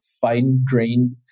fine-grained